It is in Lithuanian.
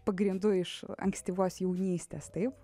pagrindų iš ankstyvos jaunystės taip